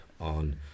on